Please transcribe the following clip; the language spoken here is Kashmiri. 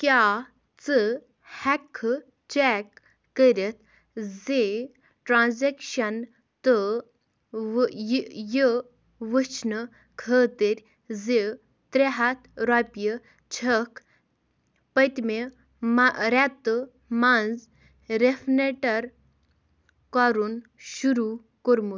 کیٛاہ ژٕ ہیٚککھہٕ چیٚک کٔرِتھ زِ ٹرانزیکشن تہٕ یہِ یہِ وُچھنہٕ خٲطرٕ زِ ترٛےٚ ہَتھ رۄپیہِ چھِکھ پٔتمہِ رٮ۪تہٕ منٛز رِفنِٹر کرُن شروٗع کوٚرمُت؟